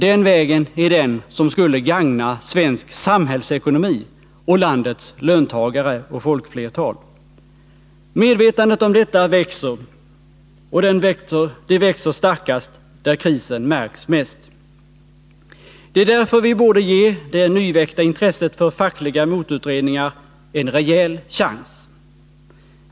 Den vägen är den som skulle gagna svensk samhällsekonomi och landets löntagare och folkflertal. Medvetandet om detta växer, och det växer starkast där krisen märks mest. Det är därför vi borde ge det nyväckta intresset för fackliga motutredningar en rejäl chans.